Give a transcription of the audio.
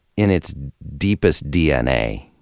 in its deepest dna,